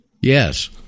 Yes